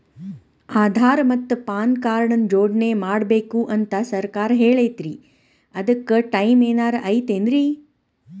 ಆಧಾರ ಮತ್ತ PAN card ನ ಜೋಡಣೆ ಮಾಡ್ಬೇಕು ಅಂತಾ ಸರ್ಕಾರ ಹೇಳೈತ್ರಿ ಅದ್ಕ ಟೈಮ್ ಏನಾರ ಐತೇನ್ರೇ?